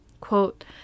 Quote